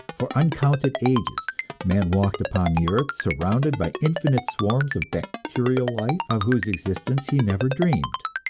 for uncounted ages man walked upon the earth, surrounded by infinite swarms of bacterial life of whose existence he never dreamed.